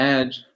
Edge